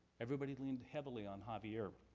everybody leaned heavily on javier.